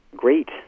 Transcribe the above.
great